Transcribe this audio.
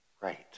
Right